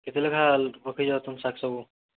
କେତେ ଲେଖା ପକାଇଛ ତୁମେ ଶାଗ ସବୁ